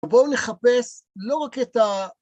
בואו נחפש לא רק את ה...